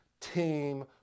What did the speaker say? team